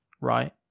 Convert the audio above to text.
right